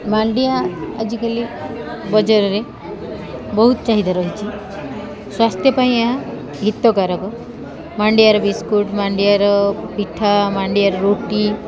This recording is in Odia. ମାଣ୍ଡିଆ ଆଜିକାଲି ବଜାରରେ ବହୁତ ଚାହିଦା ରହିଛି ସ୍ୱାସ୍ଥ୍ୟ ପାଇଁ ଏହା ହିତକାରକ ମାଣ୍ଡିଆର ବିସ୍କୁଟ୍ ମାଣ୍ଡିଆର ପିଠା ମାଣ୍ଡିଆର ରୁଟି